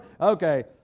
Okay